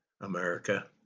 America